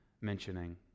mentioning